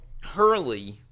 Hurley